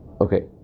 okay